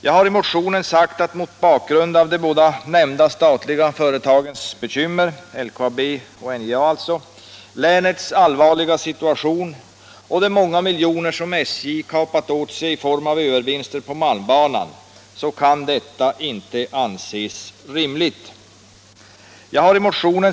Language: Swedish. Jag har i motionen sagt att mot bakgrund av bekymren för de båda nämnda statliga företagen — LKAB och NJA — samt länets allvarliga situation och de många miljoner SJ kapat åt sig i form av övervinster på malmbanan kan en sådan utveckling inte anses rimlig.